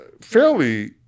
fairly